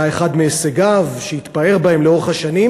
היה אחד מהישגיו שהתפאר בהם לאורך השנים.